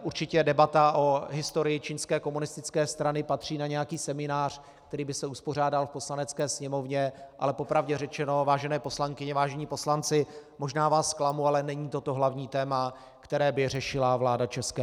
Určitě debata o historii čínské komunistické strany patří na nějaký seminář, který by se uspořádal v Poslanecké sněmovně, ale po pravdě řečeno, vážené poslankyně, vážení poslanci, možná vás zklamu, ale není to to hlavní téma, které by řešila vláda ČR.